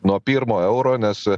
nuo pirmo euro nes